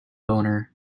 boner